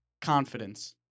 confidence